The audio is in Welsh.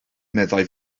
meddai